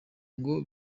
ngo